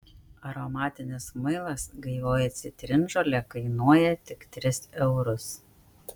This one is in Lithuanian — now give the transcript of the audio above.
aromatinis muilas gaivioji citrinžolė kainuoja tik tris eurus